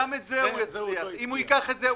גם את זה הוא יצליח, אם הוא ייקח את זה.